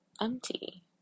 empty